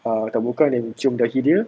ah taburkan and cium dahi dia